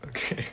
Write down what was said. okay